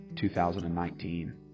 2019